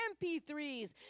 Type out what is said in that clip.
MP3s